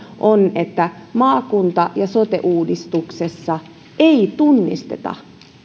on että maakunta ja sote uudistuksessa ei tunnisteta